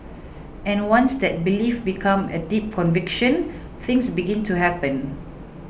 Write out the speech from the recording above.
and once that belief becomes a deep conviction things begin to happen